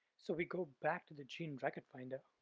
so we go back to the gene record finder,